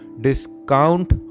discount